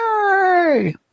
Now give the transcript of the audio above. Yay